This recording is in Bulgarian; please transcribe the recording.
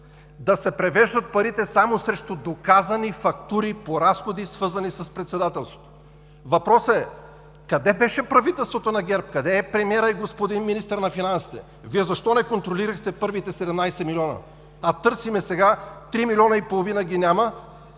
да се превеждат парите само срещу доказани фактури по разходите, свързани с председателството. Въпросът е: къде беше правителството на ГЕРБ, къде е премиерът и господин министърът на финансите, Вие защо не контролирахте първите 17 милиона, а търсим сега три милиона и половина – няма